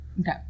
Okay